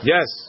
Yes